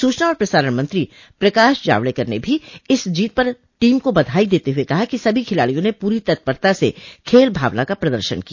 सूचना और प्रसारण मंत्री प्रकाश जावडेकर ने भी इस जीत पर टीम को बधाई देते हुए कहा कि सभी खिलाडियों ने पूरी तत्परता से खेल भावना का प्रदर्शन किया